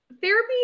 therapy